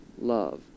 love